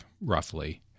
roughly